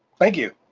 thank you.